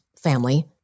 family